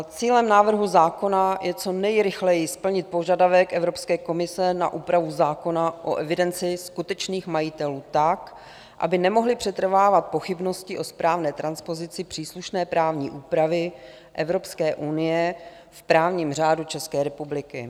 Cílem návrhu zákona je co nejrychleji splnit požadavek Evropské komise na úpravu zákona o evidenci skutečných majitelů tak, aby nemohly přetrvávat pochybnosti o správné transpozici příslušné právní úpravy Evropské unie v právním řádu České republiky.